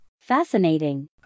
Fascinating